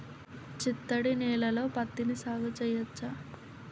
చిత్తడి నేలలో పత్తిని సాగు చేయచ్చా?